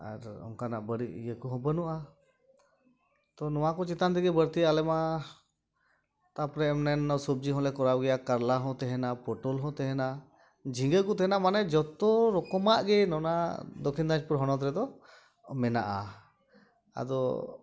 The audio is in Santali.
ᱟᱨ ᱚᱝᱠᱟᱱᱟᱜ ᱵᱟᱹᱲᱤᱡ ᱤᱭᱟᱹ ᱠᱚᱦᱚᱸ ᱵᱟᱹᱱᱩᱜᱼᱟ ᱛᱚ ᱱᱚᱣᱟ ᱠᱚ ᱪᱮᱛᱟᱱ ᱨᱮᱜᱮ ᱵᱟᱹᱲᱛᱤ ᱟᱞᱮᱢᱟ ᱛᱟᱯᱚᱨᱮ ᱚᱱᱱᱟᱱᱱᱚ ᱥᱚᱵᱡᱤ ᱦᱚᱸᱞᱮ ᱠᱚᱨᱟᱣ ᱜᱮᱭᱟ ᱠᱟᱨᱞᱟ ᱦᱚᱸ ᱛᱟᱦᱮᱱᱟ ᱯᱚᱴᱚᱞ ᱦᱚᱸ ᱛᱟᱦᱮᱱᱟ ᱡᱷᱤᱸᱜᱟᱹ ᱠᱚᱦᱚᱸ ᱛᱟᱦᱮᱱᱟ ᱢᱟᱱᱮ ᱡᱚᱛᱚ ᱨᱚᱠᱚᱢᱟᱜ ᱜᱮ ᱱᱚᱣᱟ ᱫᱚᱠᱠᱷᱤᱱ ᱫᱤᱱᱟᱡᱽᱯᱩᱨ ᱦᱚᱱᱚᱛ ᱨᱮᱫᱚ ᱢᱮᱱᱟᱜᱼᱟ ᱟᱫᱚ